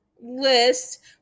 list